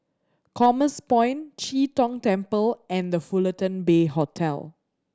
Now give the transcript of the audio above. Commerce Point Chee Tong Temple and The Fullerton Bay Hotel